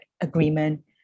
agreement